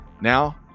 Now